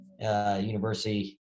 university